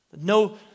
No